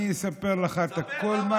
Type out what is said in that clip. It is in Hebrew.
אני אספר לך מה שתרצה,